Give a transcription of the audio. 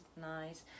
nice